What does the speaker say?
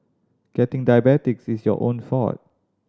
getting diabetes is your own fault